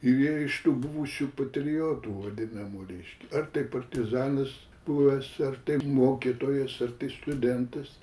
ir jie iš tų buvusių patriotų vadinamų reiškia ar tai partizanas buvęs ar tai mokytojas ar tai studentas